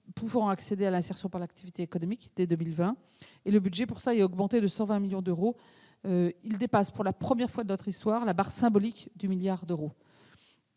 puissent accéder à l'insertion par l'activité économique dès 2020. Pour cela, le budget est augmenté de 120 millions d'euros, dépassant, pour la première fois de notre histoire, la barre symbolique du milliard d'euros.